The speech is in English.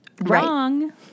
Wrong